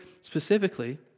specifically